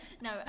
No